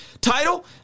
Title